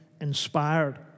inspired